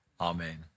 Amen